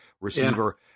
receiver